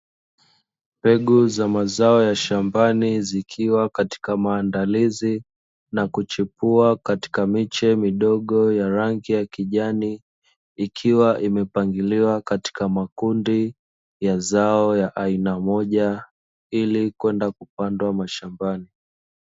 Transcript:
Mbegu za mazao ya shambani, zikiwa katika maandalizi na kuchipua katika miche midogo ya rangi ya kijani, ikiwa imepangiliwa katika makundi ya zao ya aina moja ili kwenda kupandwa mashambani.